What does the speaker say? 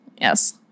Yes